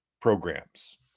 programs